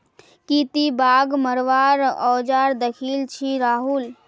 की ती बाघ मरवार औजार दखिल छि राहुल